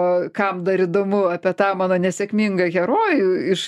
o kam dar įdomu apie tą mano nesėkmingą herojų iš